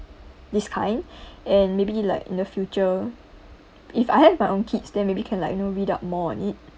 this kind and maybe like in the future if I have my own kids then maybe can like you know read up more on it